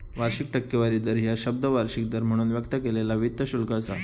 वार्षिक टक्केवारी दर ह्या शब्द वार्षिक दर म्हणून व्यक्त केलेला वित्त शुल्क असा